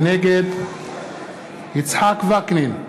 נגד יצחק וקנין,